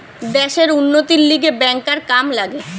দ্যাশের উন্নতির লিগে ব্যাংকার কাম লাগে